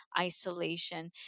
isolation